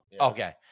Okay